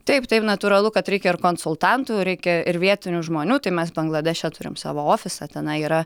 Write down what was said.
taip taip natūralu kad reikia ir konsultantų reikia ir vietinių žmonių tai mes bangladeše turim savo ofisą tenai yra